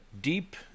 deep